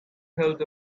held